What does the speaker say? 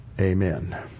Amen